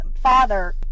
father